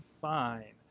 fine